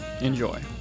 Enjoy